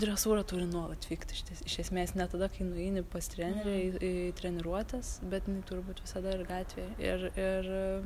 dresūra turi nuolat vykt išties iš esmės ne tada kai nueini pas trenerį į į treniruotes bet jinai turi būt visada ir gatvėj ir ir